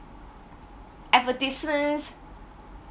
advertisements